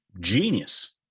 genius